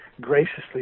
graciously